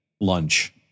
lunch